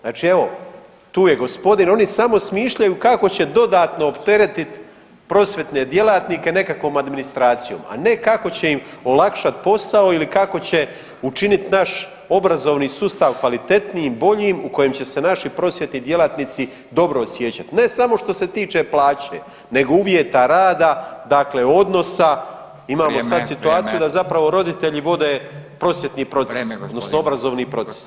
Znači evo tu je gospodin, oni samo smišljaju kako će dodatno opteretiti prosvjetne djelatnike nekakvom administracijom, a ne kako će im olakšati posao ili kako će učiniti naš obrazovni sustav kvalitetnijim, boljim u kojem će se naši prosvjetni djelatnici dobro osjećati ne samo što se tiče plaće nego uvjeta rada, dakle odnosa [[Upadica: Vrijeme, vrijeme.]] imamo situaciju da zapravo roditelji vode prosvjetni proces [[Upadica: Vrijeme, gospodin Grmoja, vrijeme.]] odnosno obrazovni proces.